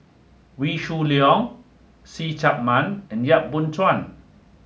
Wee Shoo Leong See Chak Mun and Yap Boon Chuan